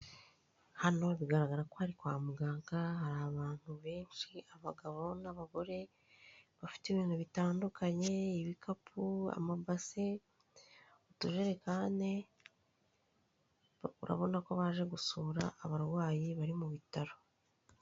Hano bigaragara ko ari kwa muganga hari abantu benshi abagabo n'abagore bafite ibintu bitandukanye ibikapu, amabase, utujerekani urabona ko baje gusura abarwayi bari mu bitaro.